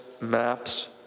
maps